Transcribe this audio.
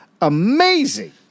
amazing